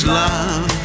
love